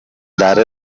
dare